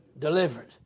delivered